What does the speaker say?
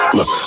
Look